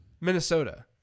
Minnesota